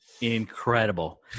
Incredible